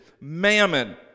Mammon